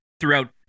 throughout